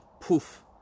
poof